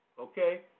Okay